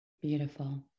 Beautiful